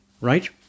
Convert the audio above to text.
right